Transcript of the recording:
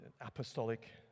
apostolic